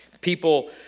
People